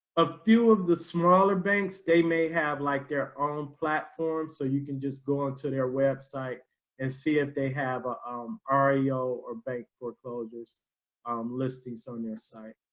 few of the smaller banks, they may have like their own platform, so you can just go onto their website and see if they have ah um our yo or bank foreclosures listing so on your site,